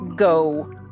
Go